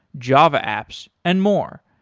java apps and more.